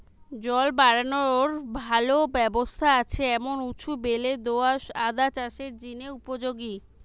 জল বারানার ভালা ব্যবস্থা আছে এমন উঁচু বেলে দো আঁশ আদা চাষের জিনে উপযোগী